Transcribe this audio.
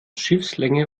schiffslänge